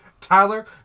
Tyler